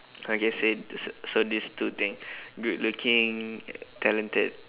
okay say so these two thing good looking talented